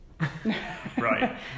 right